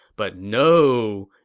but no.